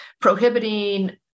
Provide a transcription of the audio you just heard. prohibiting